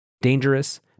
dangerous